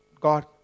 God